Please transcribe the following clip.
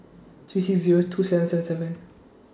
three six Zero three two seven seven seven